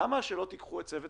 למה שלא תיקחו את צוות